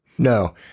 No